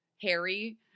harry